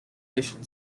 mission